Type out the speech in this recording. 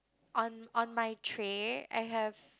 on on my tray I have